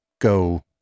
go